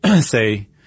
say